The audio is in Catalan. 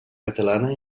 catalana